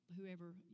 whoever